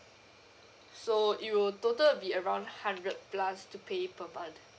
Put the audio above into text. so it will total will be around hundred plus to pay per month